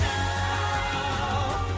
now